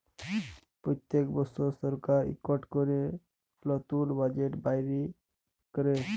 প্যত্তেক বসর সরকার ইকট ক্যরে লতুল বাজেট বাইর ক্যরে